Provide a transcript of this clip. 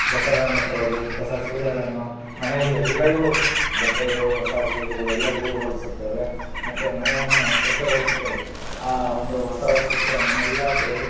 ಬಟ್ಟೆಗಳನ್ನು ತರೋದು ಹೊಸ ಸೀರೆಗಳನ್ನು ಮನೆಯಲ್ಲಿ ಎಲ್ಲರಿಗು ಬಟ್ಟೆಗಳು ಹೊಸ ಸೀರೆಗಳು ಎಲ್ಲರಿಗು ಹೊಲಿಸುತ್ತೇವೆ ಮತ್ತು ಮನೆಯನ್ನು ಸ್ವಚ್ಛಗೊಳಿಸುತ್ತೇವೆ ಒಂದು ಹೊಸ ವರ್ಷಕ್ಕೆ ಮನೆಯೆಲ್ಲ ತೊಳೆದು